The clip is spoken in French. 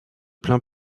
plain